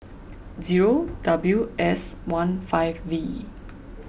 zero W S one five V